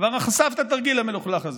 כבר חשף את התרגיל המלוכלך הזה.